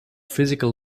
physical